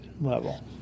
level